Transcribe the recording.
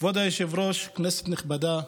כבוד היושב-ראש, כנסת נכבדה,